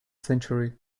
century